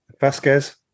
Vasquez